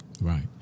Right